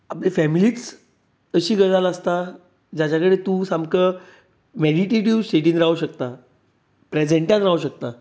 आपले फॅमिलीच अशी गजाल आसता जाच्या कडेन तूं सामको मेडिटेटीव स्टेटीन रावंक शकता प्रेजेंटान रावंक शकता